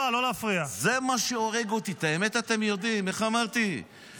למה אתם יושבים ומקשיבים --- חברת הכנסת פרידמן,